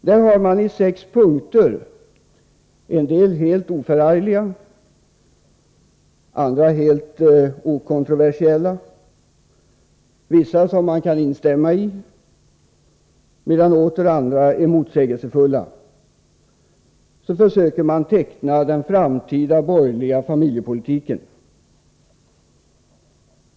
Där har man i sex punkter — en del helt oförargliga, andra helt okontroversiella, vissa som man kan instämma i, medan åter andra är motsägelsefulla — försökt teckna den framtida borgerliga familjepolitiken.